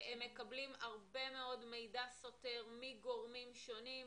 הם מקבלים הרבה מאוד מידע סותר מגורמים שונים.